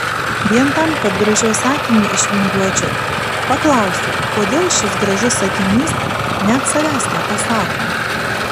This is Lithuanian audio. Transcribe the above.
vien tam kad gražiau sakinį išvingiuočiau paklausiu kodėl šis gražus sakinys net savęs nepasako